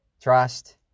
Trust